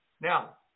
Now